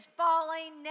falling